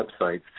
websites